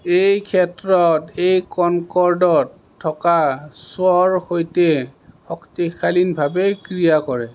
এই ক্ষেত্ৰত এই কনকৰ্ডত থকা স্বৰ সৈতে শক্তিশালীনভাৱে ক্ৰিয়া কৰে